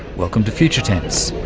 welcome to future tense.